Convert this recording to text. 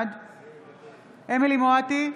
בעד אמילי חיה מואטי,